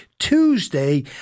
Tuesday